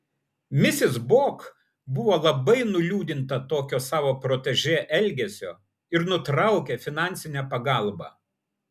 misis bok buvo labai nuliūdinta tokio savo protežė elgesio ir nutraukė finansinę pagalbą